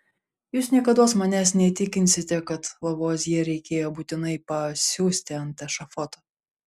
jūs niekados manęs neįtikinsite kad lavuazjė reikėjo būtinai pa siųsti ant ešafoto